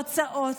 בהרצאות,